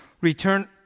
Return